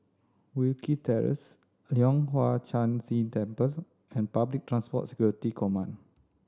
Wilkie Terrace Leong Hwa Chan Si Temple and Public Transport Security Command